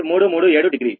337 degree